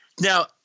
Now